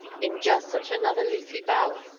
in just such another leafy bower,